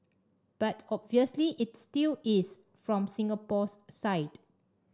but obviously it still is from Singapore's side